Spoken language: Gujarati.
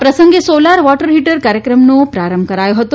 આ પ્રસંગે સોલાર વોટર હીટર કાર્યક્રમનો પ્રારંભ કરાયો હતો